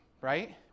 right